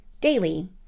daily